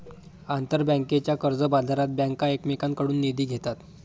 आंतरबँकेच्या कर्जबाजारात बँका एकमेकांकडून निधी घेतात